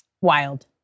Wild